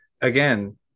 again